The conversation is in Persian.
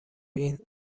فین